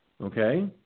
okay